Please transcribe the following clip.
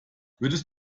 würdest